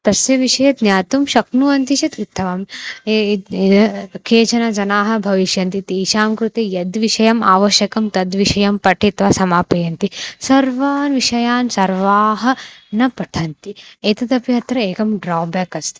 तस्य विषये ज्ञातुं शक्नुवन्ति चेत् उत्थमं ये केचन जनाः भविष्यन्ति तेषां कृते यः विषयः आवश्यकः तं विषयं पठित्वा समापयन्ति सर्वान् विषयान् सर्वे न पठन्ति एतदपि अत्र एकं ड्राबेक् अस्ति